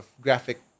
graphic